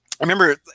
remember